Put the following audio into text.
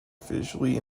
visually